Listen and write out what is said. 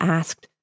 asked